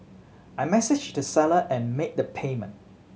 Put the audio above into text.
I messaged the seller and made the payment